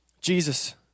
Jesus